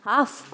off